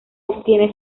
obtiene